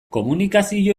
komunikazio